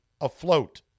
afloat